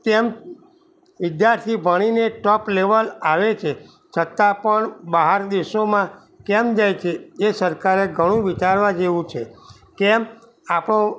તેમ વિદ્યાર્થી ભણીને ટોપ લેવલ આવે છે છતાં પણ બહાર દેશોમાં કેમ જાય છે એ સરકારે ઘણું વિચારવા જેવું છે કેમ આપણો